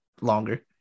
longer